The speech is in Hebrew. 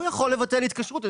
הוא יכול לבטל התקשרות.